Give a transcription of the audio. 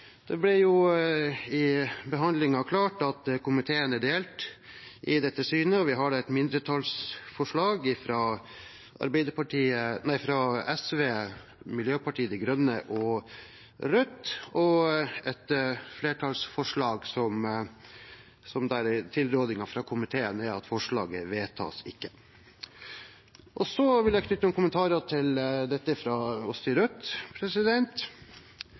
Det ble i behandlingen klart at komiteen er delt i dette synet, og vi har et mindretallsforslag fra SV, Miljøpartiet De Grønne og Rødt. Tilrådingen fra flertallet i komiteen er at forslaget ikke vedtas. Jeg vil knytte noen kommentarer til dette fra oss i Rødt.